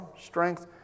strength